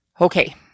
Okay